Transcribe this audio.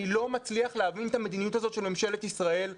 אני לא מצליח להבין את המדיניות הזאת של ממשלת ישראל,